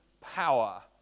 power